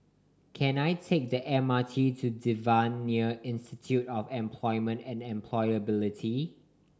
can I take the M R T to Devan Nair Institute of Employment and Employability